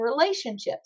relationships